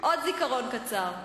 עוד זיכרון קצר.